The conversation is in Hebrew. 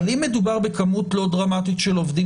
אבל אם מדובר בכמות לא דרמטית של עובדים